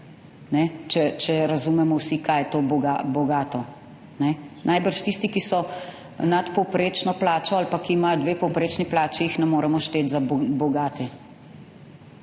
če razumemo vsi, kaj je to bo bogato, ne. Najbrž tisti, ki so nadpovprečno plačo ali pa ki imajo dve povprečni plači, jih ne moremo šteti za bogate.